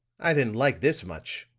i didn't like this much.